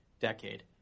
decade